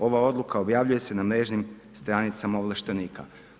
Ova odluka objavljuje se na mrežnim stanicama ovlaštenika.